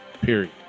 period